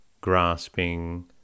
grasping